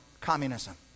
communism